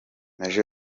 maj